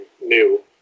new